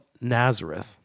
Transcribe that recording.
Nazareth